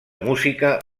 música